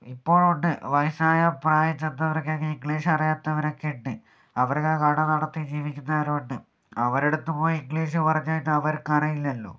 ഇപ്പോഴുമുണ്ട് വയസ്സായ പ്രായം ചെന്നവർക്കൊക്കെ ഇംഗ്ലീഷ് അറിയാത്തവരൊക്കെയുണ്ട് അവരൊക്കെ കട നടത്തി ജീവിക്കുന്നവരുമുണ്ട് അവരടുത്തുപോയി ഇംഗ്ലീഷ് പറഞ്ഞു കഴിഞ്ഞാൽ അവർക്കറിയില്ലല്ലോ